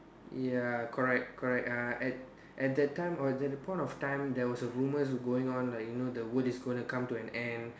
ya correct correct uh at at that time on that point of time there is rumors going on you know like the world is going to come to an end